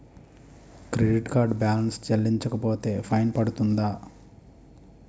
Credit card balance చెల్లించకపోతే fine పడ్తుంద?